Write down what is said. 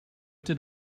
did